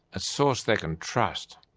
a source they can trust.